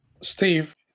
Steve